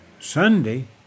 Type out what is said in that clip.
Sunday